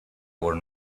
were